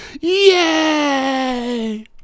yay